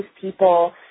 people